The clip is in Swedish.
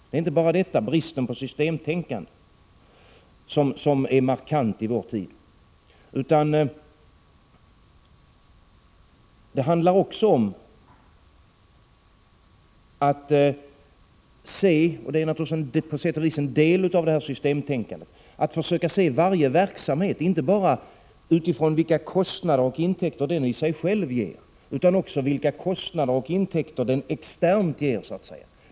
Det är inte bara bristen på systemtänkande som är markant i vår tid, utan det handlar också om att se — och det är naturligtvis en del av systemtänkandet — varje verksamhet inte bara utifrån vilka kostnader och intäkter den i sig själv ger, utan också vilka kostnader och intäkter den ger externt så att säga.